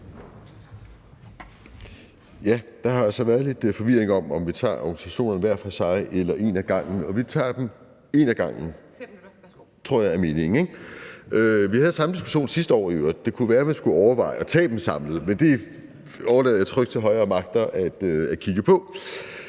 Der har altså været lidt forvirring om, om vi tager organisationerne hver for sig eller en ad gangen – og vi tager dem en ad gangen, det tror jeg er meningen. Vi havde i øvrigt samme diskussion sidste år, og det kunne være, man skulle overveje at tage dem samlet, men det overlader jeg trygt til højere magter at kigge på.